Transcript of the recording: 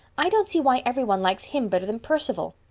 i don't see why every one likes him better than perceval.